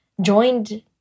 joined